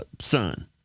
son